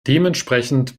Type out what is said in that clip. dementsprechend